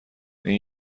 این